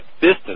business